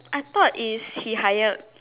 I thought is he hired